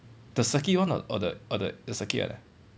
the circuit one or or the or the circuit one ah